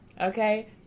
Okay